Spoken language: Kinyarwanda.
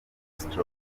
stroke